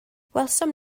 gwelsom